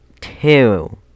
two